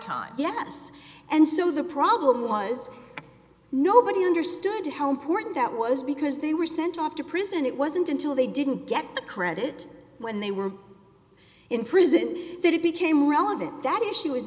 time yes and so the problem was nobody understood how important that was because they were sent off to prison it wasn't until they didn't get the credit when they were in prison that it became relevant that issue is